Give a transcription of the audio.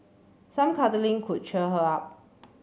some cuddling could cheer her up